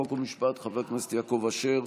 חוק ומשפט חבר הכנסת יעקב אשר,